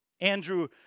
Andrew